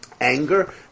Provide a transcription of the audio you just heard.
Anger